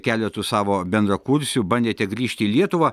keletu savo bendrakursių bandėte grįžti į lietuvą